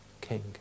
king